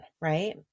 Right